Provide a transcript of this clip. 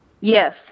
Yes